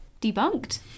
Debunked